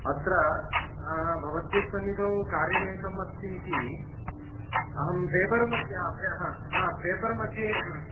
अत्र भवद्भिस्सनिधौ कार्यमेकम् अस्ति इति अहं पेपर्मध्ये हा हा हा पेपर्मध्ये हा